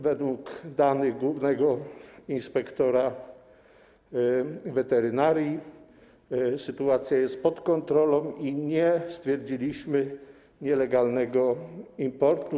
Według danych głównego inspektora weterynarii sytuacja jest pod kontrolą i nie stwierdziliśmy nielegalnego importu.